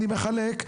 אני מחלק,